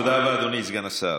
תודה רבה, אדוני סגן השר.